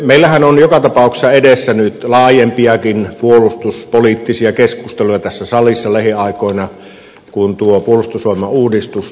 meillähän on joka tapauksessa edessä nyt laajempiakin puolustuspoliittisia keskusteluja tässä salissa lähiaikoina kun tuo puolustusvoimauudistus tulee tänne